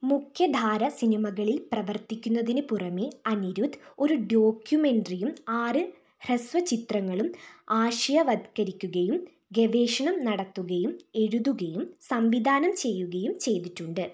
മുഖ്യധാര സിനിമകളിൽ പ്രവർത്തിക്കുന്നതിനു പുറമെ അനിരുദ്ധ് ഒരു ഡോക്യുമെൻ്ററിയും ആറ് ഹ്രസ്വചിത്രങ്ങളും ആശയവത്കരിക്കുകയും ഗവേഷണം നടത്തുകയും എഴുതുകയും സംവിധാനം ചെയ്യുകയും ചെയ്തിട്ടുണ്ട്